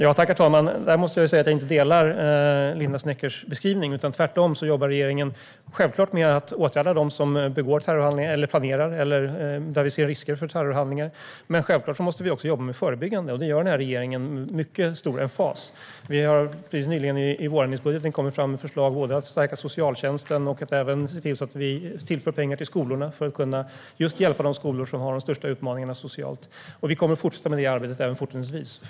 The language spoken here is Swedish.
Herr talman! Där delar jag inte Linda Sneckers beskrivning. Tvärtom jobbar regeringen med åtgärder mot dem som begår terrorhandlingar, som planerar sådana handlingar eller där det finns risker för terrorhandlingar. Självklart måste vi också jobba förebyggande, och det gör den här regeringen med mycket stor emfas. Nyligen kom vi med förslag i vårändringsbudgeten om att stärka socialtjänsten och att tillföra pengar till skolorna för att man ska kunna stödja de skolor som har de största sociala utmaningarna, och det arbetet kommer vi att fortsätta med.